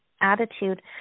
attitude